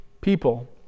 people